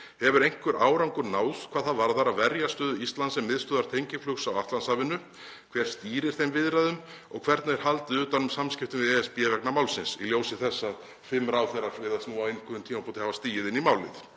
Hefur einhver árangur náðst hvað það varðar að verja stöðu Íslands sem miðstöðvar tengiflugs á Atlantshafinu? Hver stýrir þeim viðræðum og hvernig er haldið utan um samskipti við ESB vegna málsins, í ljósi þess að fimm ráðherrar virðast nú á einhverjum tímapunkti hafa stigið inn í málið?